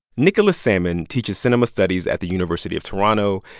nicholas sammond teaches cinema studies at the university of toronto.